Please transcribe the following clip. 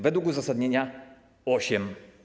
Według uzasadnienia osiem.